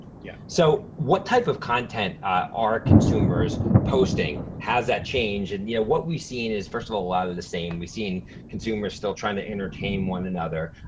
yeah. so what type of content are consumers posting? has that changed? and you know, what we've seen is, first of all, a lot of the same. we've seen consumers still trying to entertain one another.